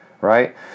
Right